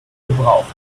gebraucht